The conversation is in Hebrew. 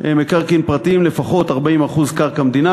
מקרקעין פרטיים ולפחות 40% קרקע מדינה,